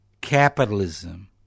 capitalism